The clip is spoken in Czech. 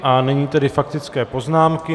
A nyní tedy faktické poznámky.